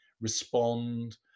respond